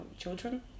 children